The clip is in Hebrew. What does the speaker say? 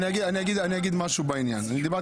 אני חושב